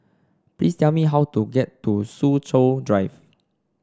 please tell me how to get to Soo Chow Drive